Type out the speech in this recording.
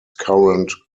current